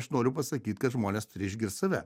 aš noriu pasakyt kad žmonės turi išgirst save